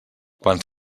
quan